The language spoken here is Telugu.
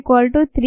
692